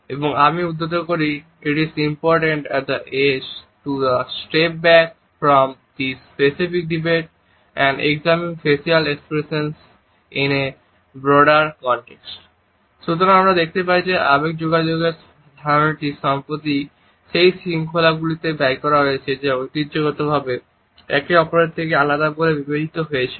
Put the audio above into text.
এবং আমি উদ্ধৃত করি "it is important at this stage to a step back from this specific debate and examine facial expressions in a broader context" সুতরাং আমরা দেখতে পাই যে আবেগ যোগাযোগের ধারণাটি সম্প্রতি সেই শৃঙ্খলাগুলিতে ব্যয় করা হয়েছে যা ঐতিহ্যগতভাবে একে অপরের থেকে আলাদা বলে বিবেচিত হয়েছিল